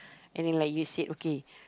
and then like you said okay